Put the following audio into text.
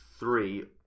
Three